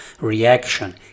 reaction